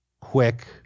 quick